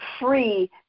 free